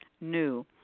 new